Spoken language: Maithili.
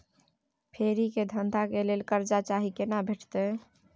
फेरी के धंधा के लेल कर्जा चाही केना भेटतै?